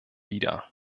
wider